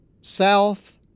south